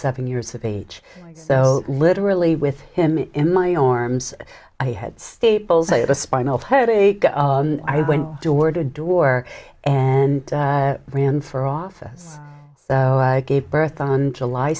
seven years of age so literally with him in my arms i had staples like a spinal headache i went door to door and ran for office so i gave birth on july